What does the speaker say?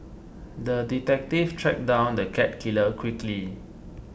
the detective tracked down the cat killer quickly